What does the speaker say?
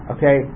Okay